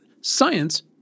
science